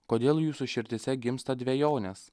kodėl jūsų širdyse gimsta dvejonės